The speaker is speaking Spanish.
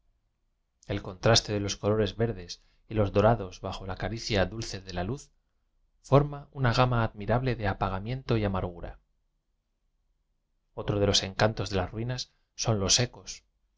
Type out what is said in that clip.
el contraste de los colores verdes y los dorados bajo la caricia dulce de la luz for ma una gama admirable de apagamiento y amargura otro de los encantos de las ruinas son los ecos